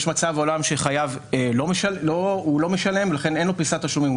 יש מצב עולם שחייב לא משלם ולכן אין לו פריסת תשלומים.